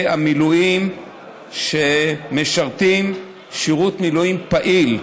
המילואים שמשרתים שירות מילואים פעיל,